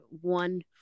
one